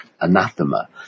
anathema